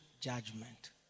judgment